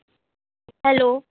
hello